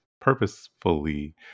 purposefully